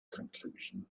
conclusion